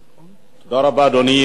אדוני,